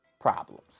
problems